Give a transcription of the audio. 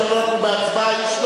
עכשיו אנחנו בהצבעה,